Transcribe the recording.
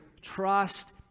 trust